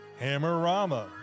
Hammerama